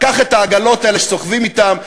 קח את העגלות האלה שסוחבים אתם,